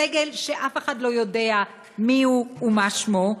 סגל שאף אחד לא יודע מיהו ומה שמו,